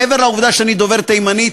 מעבר לעובדה שאני דובר תימנית,